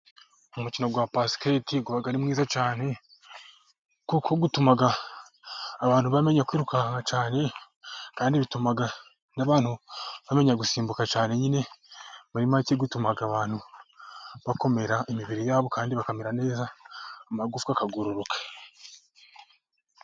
Umukino wa basiketi uba ari mwiza cyane, kuko utuma abantu bamenya kwiruka cyane, kandi bituma bamenya gusimbuka cyane nyine. Muri make utuma abantu bakomera imibiri yabo kandi bakamera neza, amagufwa akagororoka.